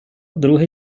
друге